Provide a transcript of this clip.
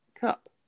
cup